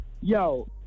yo